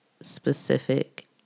specific